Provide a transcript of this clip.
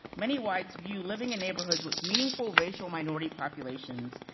many whites view living in neighborhoods with meaningful racial minority populations,